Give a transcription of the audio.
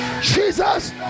Jesus